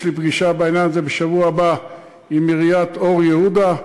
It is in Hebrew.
יש לי פגישה בעניין הזה בשבוע הבא עם עיריית אור-יהודה,